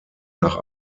nach